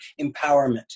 empowerment